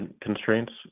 constraints